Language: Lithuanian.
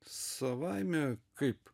savaime kaip